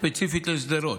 ספציפית בשדרות.